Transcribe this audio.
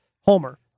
Homer